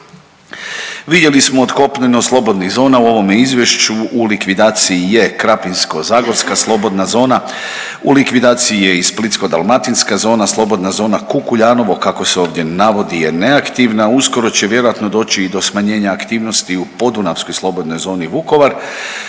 Vidjeli smo od kopneno slobodnih zona u ovome izvješću u likvidaciji je Krapinsko-zagorska slobodna zona, u likvidaciji je i Splitsko-dalmatinska zona, slobodna zona Kukuljanovo kako se ovdje navodi je neaktivna, uskoro će vjerojatno doći i do smanjenja aktivnosti u podunavskoj slobodnoj zoni Vukovar,